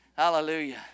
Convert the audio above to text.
Hallelujah